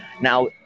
Now